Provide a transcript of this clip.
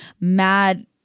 mad